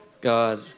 god